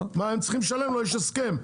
הם צריכים לשלם לו, יש הסכם.